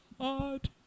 god